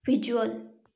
visual